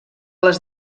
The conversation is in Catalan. les